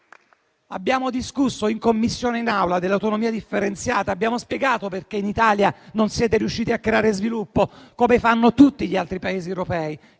Abbiamo discusso in Commissione e in Assemblea dell'autonomia differenziata e abbiamo spiegato perché in Italia non siete riusciti a creare sviluppo, come invece fanno tutti gli altri Paesi europei,